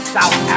South